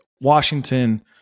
Washington –